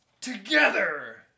together